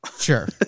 sure